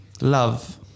Love